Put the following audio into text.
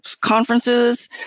conferences